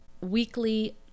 weekly